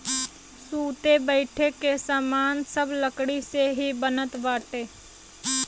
सुते बईठे के सामान सब लकड़ी से ही बनत बाटे